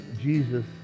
Jesus